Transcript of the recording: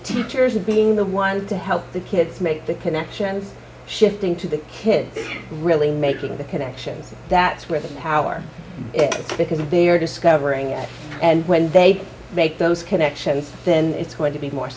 teachers and being the one to help the kids make the connection shifting to the kids really making the connections that's where the power because they are discovering it and when they make those connections then it's going to be more